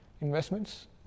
investments